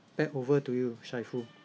back over to you shaiful